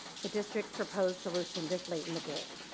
the district's proposed solution this late in the game.